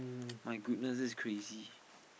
my goodness that's crazy